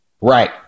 right